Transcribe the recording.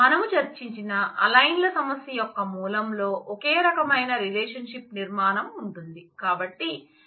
మనం చర్చించిన అలైన్ ల సమస్య యొక్క మూలం లో ఒకే రకమైన రిలేషన్షిప్ నిర్మాణం ఉంటుంది